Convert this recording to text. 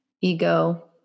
Ego